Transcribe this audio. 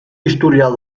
historial